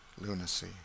lunacy